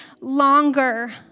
longer